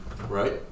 Right